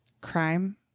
crime